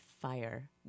fire